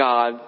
God